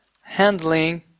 handling